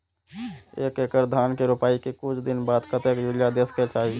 एक एकड़ धान के रोपाई के कुछ दिन बाद कतेक यूरिया दे के चाही?